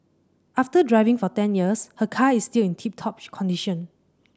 after driving for ten years her car is still in tip top condition